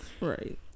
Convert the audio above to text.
Right